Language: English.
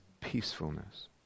peacefulness